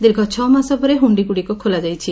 ଦୀର୍ଘ ଛ ମାସ ପରେ ହୁଖି ଗୁଡିକ ଖୋଲାଯାଇଛି